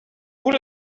who